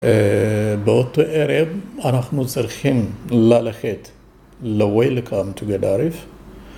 באותו ערב אנחנו צריכים ללכת לווי לקאמטו גדאריף